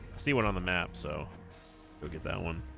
see one on the map so go get that one